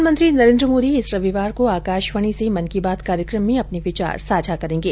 प्रधानमंत्री नरेन्द्र मोदी इस रविवार को आकाशवाणी से मन की बात कार्यक्रम में अपने विचार साझा करेंगे